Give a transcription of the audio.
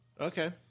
Okay